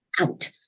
out